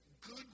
good